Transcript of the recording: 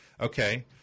Okay